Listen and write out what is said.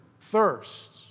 thirst